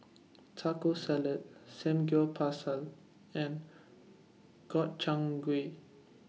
Taco Salad Samgyeopsal and Gobchang Gui